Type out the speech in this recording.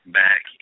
back